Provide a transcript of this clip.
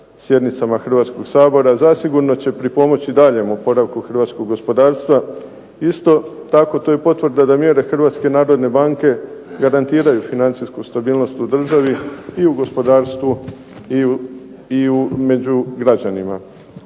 sjednicama Hrvatskog sabora zasigurno će pripomoći i daljnjem oporavku hrvatskog gospodarstva. Isto tako, to je potvrda da mjere Hrvatske narodne banke garantiraju financijsku stabilnost u državi i u gospodarstvu i među građanima.